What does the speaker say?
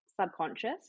subconscious